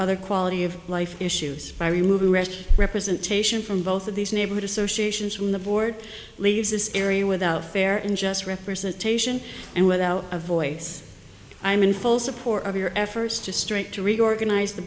other quality of life issues by removing rest representation from both of these neighborhood associations from the board leaves this area without fair and just representation and without a voice i am in full support of your efforts to strike to reorganize the